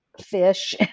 fish